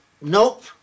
nope